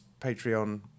Patreon